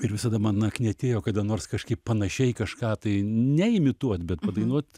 ir visada man na knietėjo kada nors kažkaip panašiai kažką tai ne imituot bet padainuot